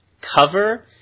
cover